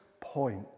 point